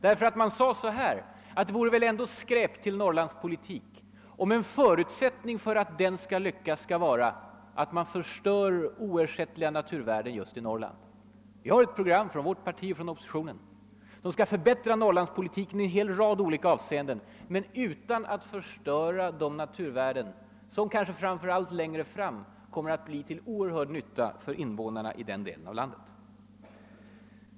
Vi andra visade att det vore väl ändå skräp till Norrlandspolitik, om en förutsättning för att den skall lyckas är att oersättliga naturvärden förstörs i :Norrland. Oppositionen har ett program som går ut på att förbättra Norrlandspolitiken i en rad olika avseenden men utan att förstöra de naturvärden som kanske, framför allt längre fram, kommer att bli till oerhört stor nytta för invånarna i den delen av landet.